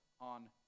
on